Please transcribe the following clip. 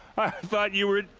i thought you were.